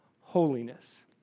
Holiness